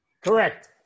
Correct